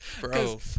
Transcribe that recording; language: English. Bro